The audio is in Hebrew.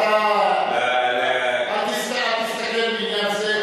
אל תסתכל בעניין זה,